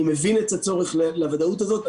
אני מבין את הצורך בוודאות הזאת.